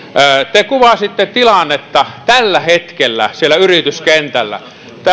te kuvasitte tilannetta tällä hetkellä siellä yrityskentällä